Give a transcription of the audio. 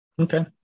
Okay